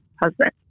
husband